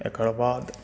एकर बाद